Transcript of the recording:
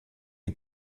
die